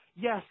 yes